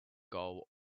goal